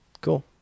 Cool